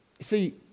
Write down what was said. see